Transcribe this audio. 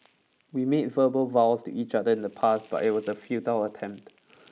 we made verbal vows to each other in the past but it was a futile attempt